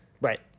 right